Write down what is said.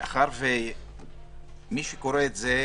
מאחר ומי שקורא את זה